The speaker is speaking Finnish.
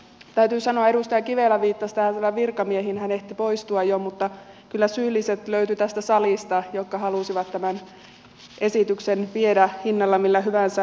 täytyy sanoa edustaja kivelä viittasi täällä virkamiehiin hän ehti poistua jo että kyllä tästä salista löytyivät syylliset jotka halusivat tämän esityksen viedä hinnalla millä hyvänsä läpi